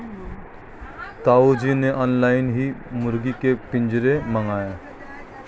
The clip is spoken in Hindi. ताऊ जी ने ऑनलाइन ही मुर्गी के पिंजरे मंगाए